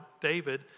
David